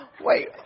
wait